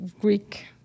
Greek